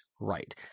right